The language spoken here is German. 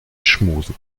schmusen